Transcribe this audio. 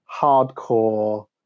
hardcore